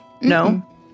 No